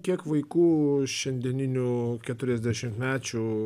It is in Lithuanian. kiek vaikų šiandieninių keturiasdešimtmečių